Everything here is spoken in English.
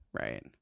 right